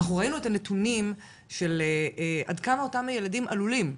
אנחנו ראינו את הנתונים של עד כמה אותם ילדים עלולים,